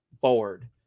forward